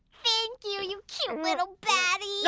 thank you, you cute little battie!